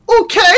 Okay